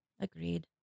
Agreed